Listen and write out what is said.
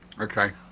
Okay